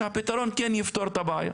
שהפתרון כן יפתור את הבעיה.